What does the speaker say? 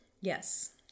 yes